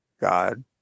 God